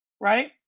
right